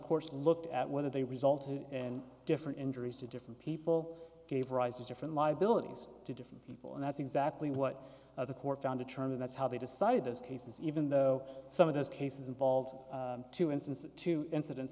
course looked at whether they resulted in different injuries to different people gave rise to different liabilities to different people and that's exactly what the court found in turn and that's how they decided those cases even though some of those cases involved two instances two incidents